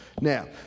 Now